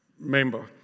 Member